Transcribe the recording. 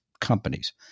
companies